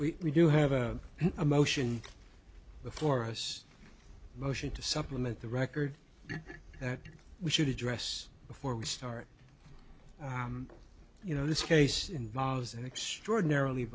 we do have a a motion before us motion to supplement the record that we should address before we start you know this case involves an extraordinarily